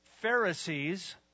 Pharisees